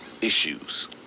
issues